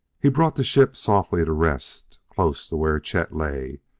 he brought the ship softly to rest close to where chet lay,